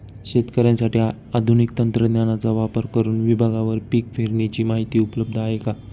शेतकऱ्यांसाठी आधुनिक तंत्रज्ञानाचा वापर करुन विभागवार पीक पेरणीची माहिती उपलब्ध आहे का?